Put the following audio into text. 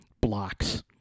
blocks